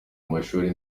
mashuri